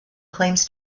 claims